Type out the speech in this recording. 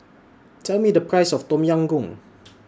Tell Me The Price of Tom Yam Goong